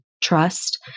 trust